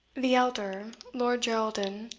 the elder, lord geraldin,